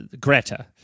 Greta